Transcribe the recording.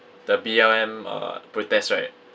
the B_L_M uh protest right